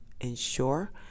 ensure